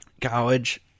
College